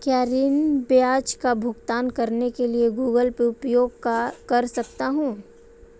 क्या मैं ऋण ब्याज का भुगतान करने के लिए गूगल पे उपयोग कर सकता हूं?